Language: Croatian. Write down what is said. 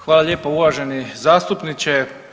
Hvala lijepo uvaženi zastupniče.